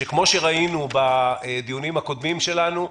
שכפי שראינו בדיונים הקודמים שלנו,